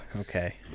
okay